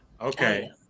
Okay